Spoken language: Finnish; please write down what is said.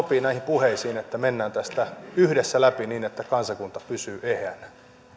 sopii näihin puheisiin että mennään tästä yhdessä läpi niin että kansakunta pysyy eheänä